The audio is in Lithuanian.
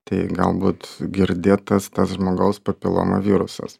tai galbūt girdėtas tas žmogaus papiloma virusas